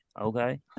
Okay